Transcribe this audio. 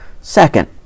Second